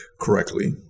correctly